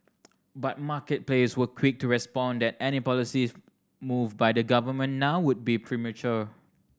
but market players were quick to respond that any policies move by the government now would be premature